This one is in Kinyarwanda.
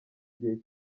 gihe